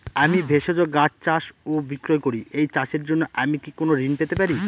আমি ভেষজ গাছ চাষ ও বিক্রয় করি এই চাষের জন্য আমি কি কোন ঋণ পেতে পারি?